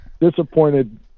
Disappointed